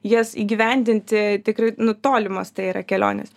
jas įgyvendinti tikrai nu tolimos tai yra kelionės